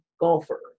golfer